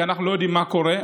כי אנחנו לא יודעים מה קורה,